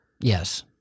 Yes